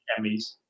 Emmys